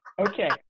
Okay